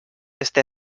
este